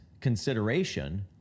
consideration